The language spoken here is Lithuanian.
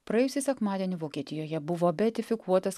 praėjusį sekmadienį vokietijoje buvo beatifikuotas